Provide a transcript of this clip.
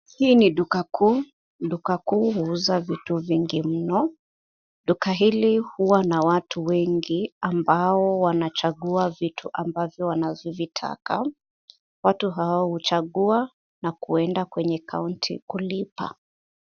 Hii ni duka kuu. Duka kuu huuza vitu vingi mno. Duka hili huwa watu wengi, ambao wanachagua vitu ambavyo wanazovitaka. Watu hao huchagua na kuenda kwenye kaundi kulipa.